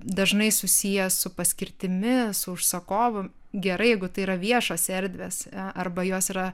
dažnai susiję su paskirtimi su užsakovu gerai jeigu tai yra viešos erdvės arba jos yra